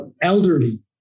Elderly